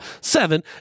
Seven